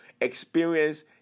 experience